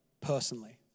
personally